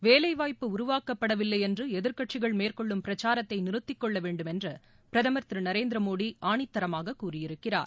வேலைவாய்ப்பு உருவாக்கப்படவில்லை என்று எதிர்க்கட்சிகள் மேற்கொள்ளும் பிரச்சாரத்தை நிறுத்திக் கொள்ள வேண்டும் என்று பிரதமர் திரு நரேந்திர மோடி ஆணித்தரமாக கூறியிருக்கிறார்